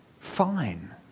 Fine